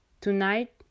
tonight